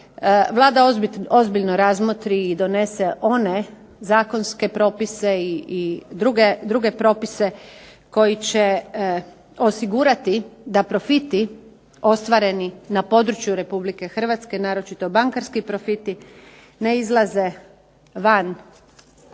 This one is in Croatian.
Vlada ozbiljno razmotri i donese one zakonske propise i druge propise koji će osigurati da profiti na području RH naročito bankarski profiti ne izlaze van